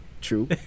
True